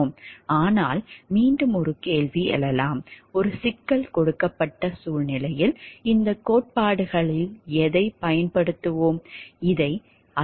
ஆனால் மீண்டும் ஒரு கேள்வி எழலாம் ஒரு சிக்கல் கொடுக்கப்பட்ட சூழ்நிலையில் இந்த கோட்பாடுகளில் எதைப் பயன்படுத்துவோம்